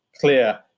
clear